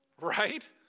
right